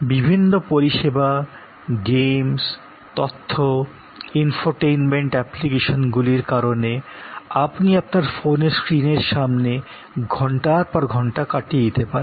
বিভিন্ন পরিষেবা গেমস তথ্য ইনফোটেইনমেন্ট অ্যাপ্লিকেশনগুলির কারণে আপনি আপনার ফোনের স্ক্রিনের সামনে ঘন্টার পর ঘন্টা কাটিয়ে দিতে পারেন